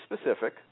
specific